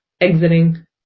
exiting